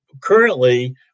currently